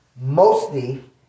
Mostly